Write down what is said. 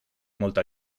molta